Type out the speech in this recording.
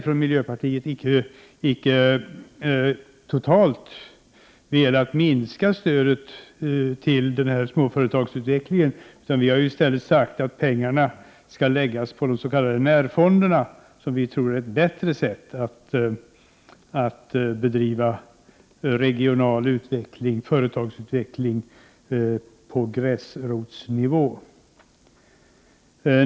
Från miljöpartiets sida har vi dock icke totalt velat minska stödet till småföretagsutvecklingen. Vi har i stället sagt att pengarna skall läggas på de s.k. närfonderna. Vi tror att det är ett bättre sätt att bedriva regional företagsutveckling på gräsrotsnivå.